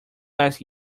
ask